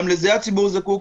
גם לזה הציבור זקוק.